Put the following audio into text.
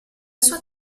sua